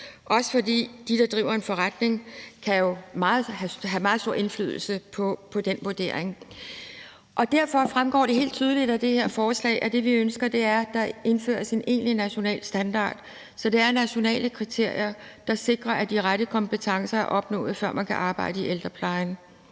også fordi dem, der driver en forretning, jo kan have meget stor indflydelse på den vurdering. Derfor fremgår det helt tydeligt af det her forslag, at det, vi ønsker, er, at der indføres en egentlig national standard, så det er nationale kriterier, der sikrer, at man har opnået de rette kompetencer, før man kan arbejde i ældreplejen.